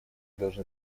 должны